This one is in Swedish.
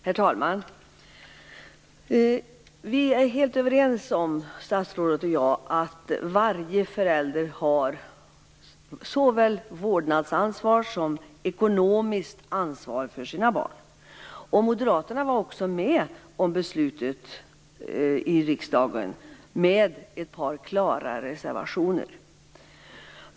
Herr talman! Statsrådet och jag är helt överens om att varje förälder har såväl vårdnadsansvar som ekonomiskt ansvar för sina barn. Moderaterna var också med på beslutet i riksdagen, dock med ett par klara reservationer.